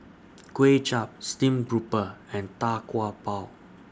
Kway Chap Steamed Grouper and Tau Kwa Pau